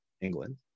England